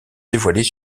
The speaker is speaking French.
dévoilés